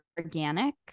organic